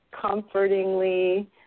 comfortingly